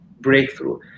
breakthrough